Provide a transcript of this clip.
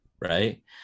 right